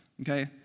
Okay